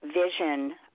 vision